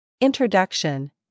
Introduction